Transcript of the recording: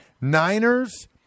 Niners